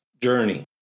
journey